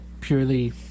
purely